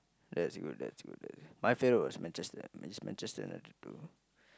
that is good that is good that is my favourite was Manchester is Manchester nice to